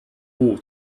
all